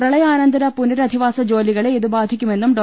പ്രളയാനന്തര പുനരധിവാസ ജോലി കളെ ഇതു ബാധിക്കുമെന്നും ഡോ